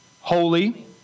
holy